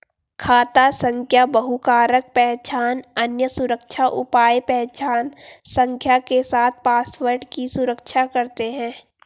खाता संख्या बहुकारक पहचान, अन्य सुरक्षा उपाय पहचान संख्या के साथ पासवर्ड की सुरक्षा करते हैं